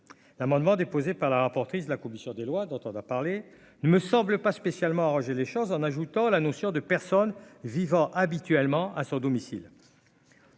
l'amendement déposé par la rapporteuse de la commission des lois, dont on a parlé, ne me semble pas spécialement arranger les choses, en ajoutant la notion de personne vivant habituellement à son domicile.